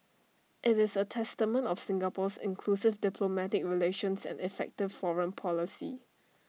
IT is A testament of Singapore's inclusive diplomatic relations and effective foreign policy